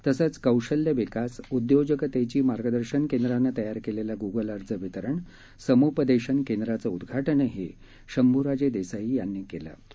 तसंच कौशल्य विकासउद्योजकतर्ती मार्गदर्शन केंद्रानं तयार कलिखी गुगल अर्ज वितरणसमुपदध्त केंद्राचं उदघाटन शंभूराजदिवीई यांनी कलि